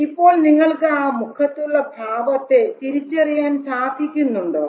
ഇപ്പോൾ നിങ്ങൾക്ക് ആ മുഖത്തുള്ള ഭാവത്തെ തിരിച്ചറിയാൻ സാധിക്കുന്നുണ്ടോ